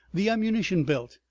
the ammunition-belt,